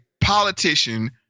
politician